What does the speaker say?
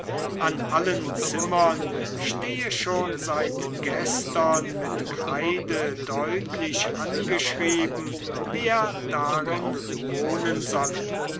an allen zimmern stehe schon seit gestern mit kreide deutlich angeschrieben wer darin wohnen solle